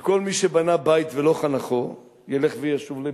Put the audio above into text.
שכל מי שבנה בית ולא חנכו ילך וישוב לביתו,